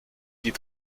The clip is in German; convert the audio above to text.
die